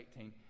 18